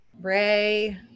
ray